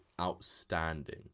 outstanding